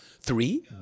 Three